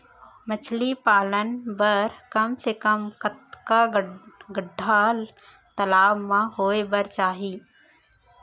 मछली पालन बर कम से कम कतका गड्डा तालाब म होये बर चाही?